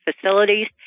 facilities